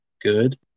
good